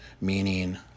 meaning